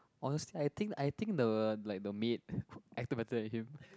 honestly I think I think the like the maid acted better than him